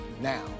now